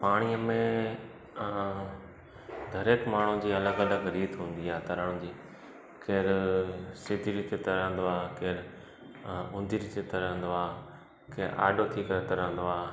पाणीअ में हरेक माण्हूअ जी अलॻि अलॻि रीत हूंदी आहे तरण जी केरु सिधी रीते तरंदो आहे केरु ऊंधी रीते तरंदो आहे केरु आॾो थी करे तरंदो आहे